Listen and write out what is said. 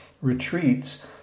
retreats